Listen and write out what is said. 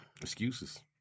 Excuses